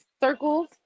circles